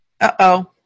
Uh-oh